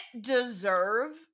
deserve